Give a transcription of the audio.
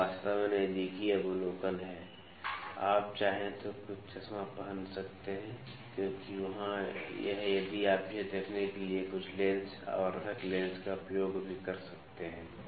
यह वास्तव में नज़दीकी अवलोकन है आप चाहें तो कुछ चश्मा पहन सकते हैं क्योंकि वहाँ हैं यदि आप इसे देखने के लिए कुछ लेंस आवर्धक लेंस का उपयोग भी कर सकते हैं